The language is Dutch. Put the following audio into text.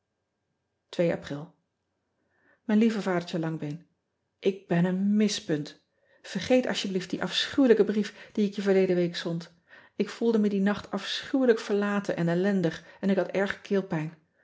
pril ijn heve adertje angbeen k ben een ispunt ergeet alsjeblieft dien afschuwelijken brief dien ik je verleden week zond k voelde me dien nacht afschuwelijk verlaten en ellendig en ik had erge